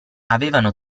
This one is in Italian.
avevano